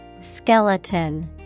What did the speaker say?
Skeleton